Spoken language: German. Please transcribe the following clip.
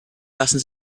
lassen